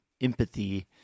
Empathy